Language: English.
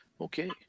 Okay